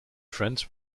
friends